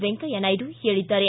ವೆಂಕಯ್ಯಾ ನಾಯ್ಡು ಹೇಳದ್ದಾರೆ